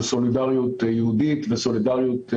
של סולידריות יהודית וסולידריות ישראלית.